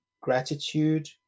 gratitude